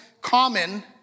common